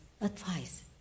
advice